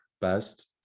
best